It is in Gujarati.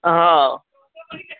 હા